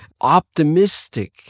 Optimistic